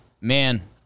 man